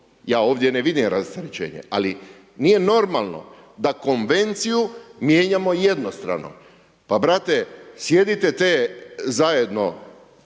Ja ovdje ne vidim rasterećenje, ali nije normalno da konvenciju mijenjamo jednostrane. Pa brate, sjedite te zajedno